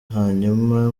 hanyuma